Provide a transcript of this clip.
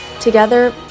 Together